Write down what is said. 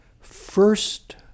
first